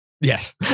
Yes